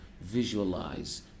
visualize